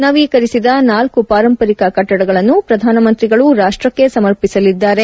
ನವೀಕರಿಸಿದ ನಾಲ್ಲು ಪಾರಂಪರಿಕ ಕಟ್ಷಡಗಳನ್ನು ಪ್ರಧಾನಮಂತ್ರಿಗಳು ರಾಷ್ಷಕ್ಷ ಸಮರ್ಪಿಸಲಿದ್ದಾರೆ